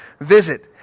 visit